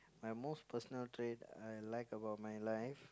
my most personal trait I like about my life